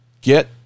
get